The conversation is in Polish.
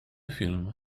film